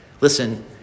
Listen